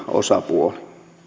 osapuoli